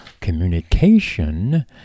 Communication